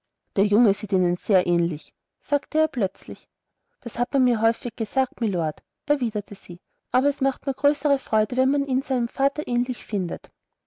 der junge sieht ihnen sehr ähnlich sagte er plötzlich das hat man mir häufig gesagt mylord erwiderte sie aber es macht mir größere freude wenn man ihn seinem vater ähnlich findet